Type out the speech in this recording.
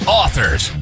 authors